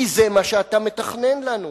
כי זה מה שאתה מתכנן לנו.